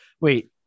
Wait